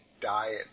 diet